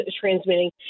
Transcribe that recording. transmitting